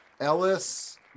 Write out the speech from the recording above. Ellis